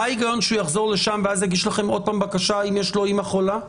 מה ההיגיון שהוא יחזור לשם ואז יגיש לכם שוב בקשה אם יש לו אימא חולה?